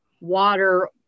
water